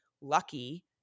lucky